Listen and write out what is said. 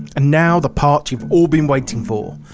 and now the part you've all been waiting for!